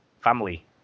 Family